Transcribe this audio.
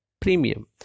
premium